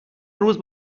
روز